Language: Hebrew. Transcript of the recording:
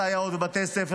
על סייעות בבתי ספר,